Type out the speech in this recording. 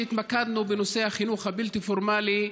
התמקדנו בנושא החינוך הבלתי-פורמלי,